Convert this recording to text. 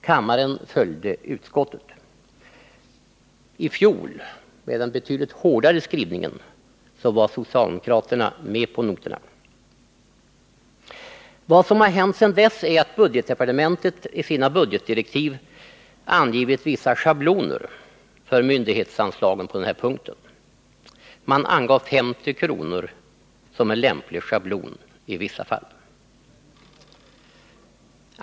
Kammaren följde utskottet. I fjol, med den betydligt hårdare skrivningen, var socialdemokraterna med på noterna. Vad som har hänt sedan dess är att budgetdepartementet i sina budgetdirektiv angivit vissa schabloner för myndighetsanslagen på den här punkten. Man angav 50 kr. som en lämplig schablon i vissa fall.